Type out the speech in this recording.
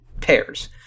pairs